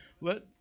let